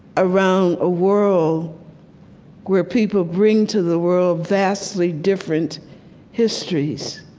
around a world where people bring to the world vastly different histories